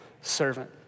servant